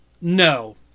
No